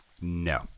No